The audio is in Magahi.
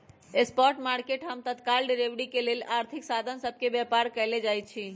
स्पॉट मार्केट हम तत्काल डिलीवरी के लेल आर्थिक साधन सभ के व्यापार कयल जाइ छइ